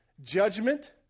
judgment